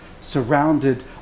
surrounded